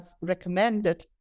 recommended